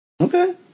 Okay